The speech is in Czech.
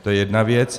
To je jedna věc.